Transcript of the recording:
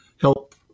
help